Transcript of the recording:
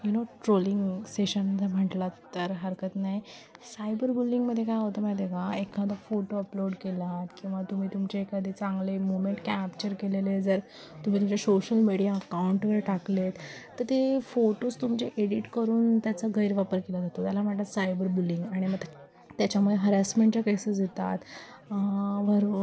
you know trolling session म्हंटलं तर हरकत नाई सायबर बुलिंगमदे काय होतं माहिते का एखादा फोटो अपलोड केला किंवा तुम्ही तुमचे एखादी चांगले मुमेंट कॅप्चर केलेले जर तुम्ही तुमच्या शोशल मीडिया अकाउंटवर टाकलेत तर ते फोटोज तुमचे एडिट करून त्याचा गैर वापर केला जातो त्याला म्हणतात सायबर बुलिंग आणि म त्याच्यामुळे हरासमेंटच्या केस येतात वर